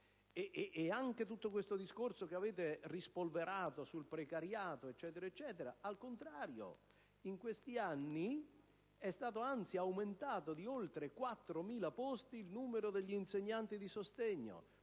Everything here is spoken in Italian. Ed anche tutto il discorso che avete rispolverato sul precariato non è vero, perché in questi anni è stato anzi aumentato di oltre 4.000 posti il numero degli insegnanti di sostegno,